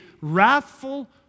wrathful